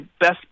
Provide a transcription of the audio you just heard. best